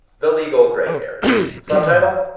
the legal gray area. subtitle,